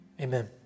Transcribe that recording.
Amen